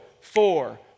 four